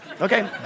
okay